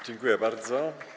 Dziękuję bardzo.